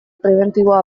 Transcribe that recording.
prebentiboa